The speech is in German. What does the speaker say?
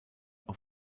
auf